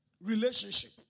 relationship